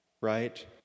right